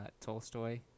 Tolstoy